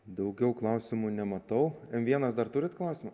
daugiau klausimų nematau m vienas dar turit klausimų